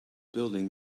building